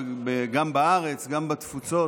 גם בארץ וגם בתפוצות.